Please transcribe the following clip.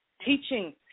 teaching